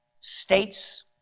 States